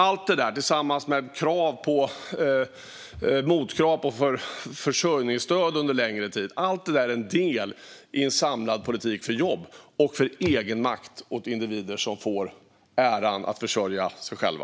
Allt detta tillsammans med motkrav när det gäller försörjningsstöd under längre tid är en del i en samlad politik för jobb och för egenmakt åt individer som får äran att försörja sig själva.